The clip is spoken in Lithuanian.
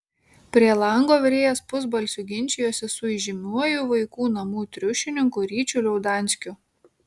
prie lango virėjas pusbalsiu ginčijosi su įžymiuoju vaikų namų triušininku ryčiu liaudanskiu